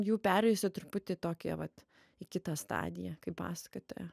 jų perėjusi truputį tokie vat į kitą stadiją kai pasakotoja